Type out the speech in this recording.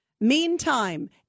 Meantime